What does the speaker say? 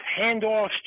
handoffs